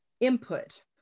input